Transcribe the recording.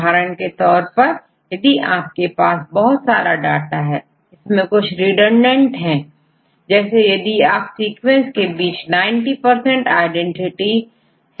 उदाहरण के तौर पर यदि आपके पास बहुत सारे डेटा है इसमें से कुछ रिडंडेंट है जैसे यदि तो सीक्वेंस के बीच 90 आईडेंटिटी है